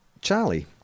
Charlie